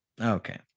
okay